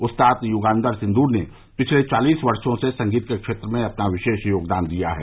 उस्ताद युगान्तर सिन्दूर ने पिछले चालीस वर्षो से संगीत के क्षेत्र में अपना विशेष योगदान दिया है